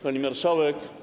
Pani Marszałek!